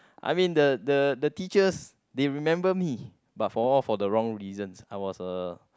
I mean the the the teachers they remember me but for all for the wrong reasons I was a